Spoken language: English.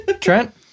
Trent